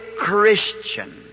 Christian